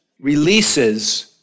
releases